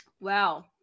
Wow